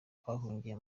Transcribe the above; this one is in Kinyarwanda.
abahungiye